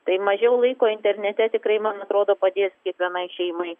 tai mažiau laiko internete tikrai man atrodo padės kiekvienai šeimai